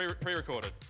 Pre-recorded